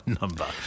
number